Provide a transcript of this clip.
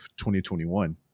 2021